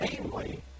namely